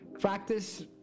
practice